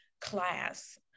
class